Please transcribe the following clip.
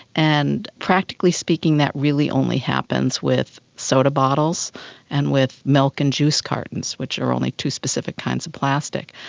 and practically speaking that really only happens with soda bottles and with milk and juice cartons, which are only two specific kinds of plastic.